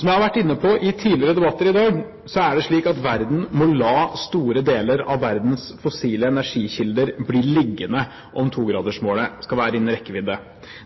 Som jeg har vært inne på i tidligere debatter i dag, er det slik at verden må la store deler av verdens fossile energikilder bli liggende om togradersmålet skal være innen rekkevidde.